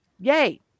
yay